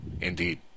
Indeed